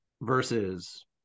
versus